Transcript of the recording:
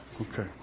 Okay